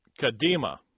Kadima